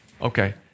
Okay